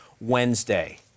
wednesday